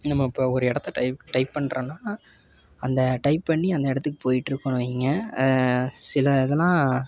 நம்ம இப்போ ஒரு இடத்த டைப் டைப் பண்ணுறன்னா அந்த டைப் பண்ணி அந்த இடத்துக்கு போயிட்டுருக்கோனு வைங்க சில இதெலாம்